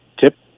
tip